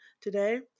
today